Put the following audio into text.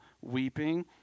weeping